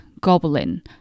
Goblin